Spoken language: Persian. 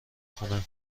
خونه